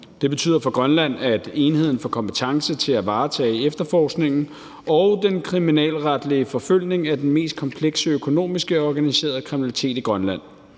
Det betyder for Grønland, at enheden får kompetence til at varetage efterforskningen og den kriminalretlige forfølgning af den mest komplekse økonomiske og organiserede kriminalitet i Grønland.